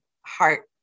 heart